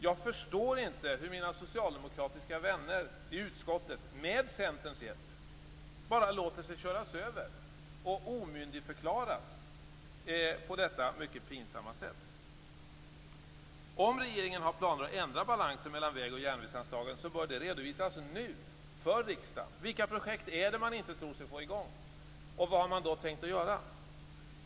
Jag förstår inte hur mina socialdemokratiska vänner i utskottet, med Centerns hjälp, bara låter sig köras över och omyndigförklaras på detta mycket pinsamma sätt. Om regeringen har planer på att ändra balansen mellan väg och järnvägsanslagen bör de redovisas nu för riksdagen. Vilka projekt tror man sig inte få i gång, och vad har man då tänkt göra?